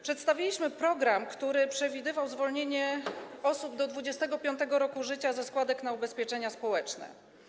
Przedstawiliśmy program, który przewidywał zwolnienie osób do 25. roku życia ze składek na ubezpieczenia społeczne.